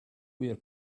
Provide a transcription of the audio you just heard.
where